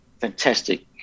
fantastic